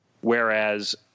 Whereas